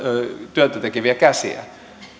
työtä tekeviä käsiä